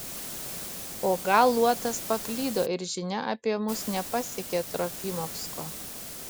o gal luotas paklydo ir žinia apie mus nepasiekė trofimovsko